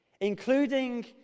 including